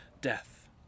death